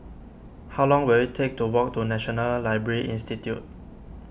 how long will it take to walk to National Library Institute